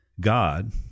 God